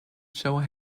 joe